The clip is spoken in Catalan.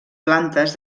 plantes